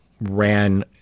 ran